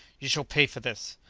you shall pay for this!